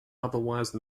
otherwise